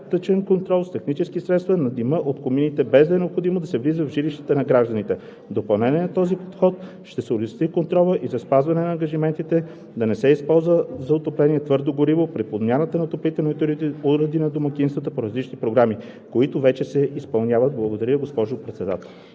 достатъчен контролът с технически средства на дима от комините, без да е необходимо да се влиза в жилищата на гражданите. В допълнение към този подход, ще се улесни контролът за спазване на ангажиментите да не се използва твърдо гориво за отопление при подмяната на отоплителните уреди на домакинствата по различни програми, които вече се изпълняват. Благодаря, госпожо Председател.